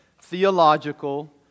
theological